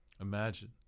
imagine